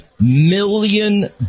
million